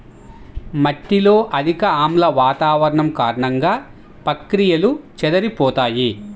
మట్టిలో అధిక ఆమ్ల వాతావరణం కారణంగా, ప్రక్రియలు చెదిరిపోతాయి